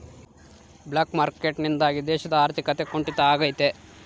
block market ನಿಂದಾಗಿ ದೇಶದ ಆರ್ಥಿಕತೆ ಕುಂಟಿತ ಆಗ್ತೈತೆ